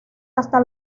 hasta